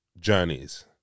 journeys